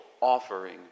offering